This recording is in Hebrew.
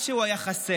משהו היה חסר.